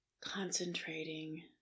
concentrating